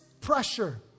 pressure